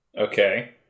Okay